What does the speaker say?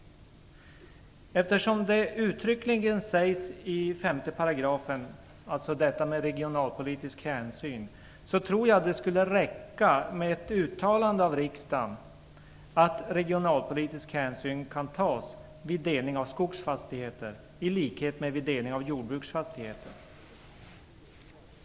Eftersom frågan om regionalpolitiska hänsyn uttryckligen tas upp i 5 § tror jag att det skulle räcka med ett uttalande av riksdagen att regionalpolitiska hänsyn kan tas vid delning av skogsfastigheter i likhet med delning av jordbruksfastigheter.